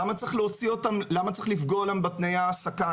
למה צריך לפגוע להם בתנאי ההעסקה?